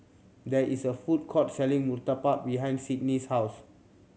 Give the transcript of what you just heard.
there is a food court selling murtabak behind Sidney's house